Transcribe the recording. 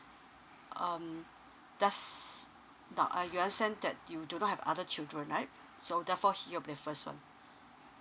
um there's now are you I sense that you do not have other children right so therefore he'll be your first one